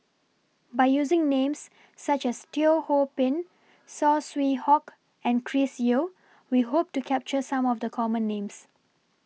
By using Names such as Teo Ho Pin Saw Swee Hock and Chris Yeo We Hope to capture Some of The Common Names